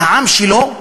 והעם שלו,